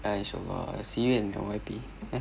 ah I see you in N_Y_P eh